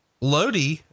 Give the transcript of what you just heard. Lodi